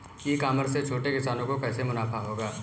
ई commerce से छोटे किसानों को कैसे मुनाफा होगा?